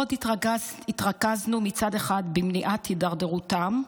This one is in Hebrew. עוד התרכזנו מצד אחד במניעת הידרדרותם,